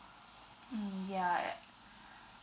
mm ya uh